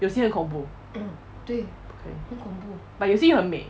有些很恐怖 okay but 有些又很美